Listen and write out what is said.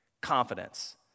Confidence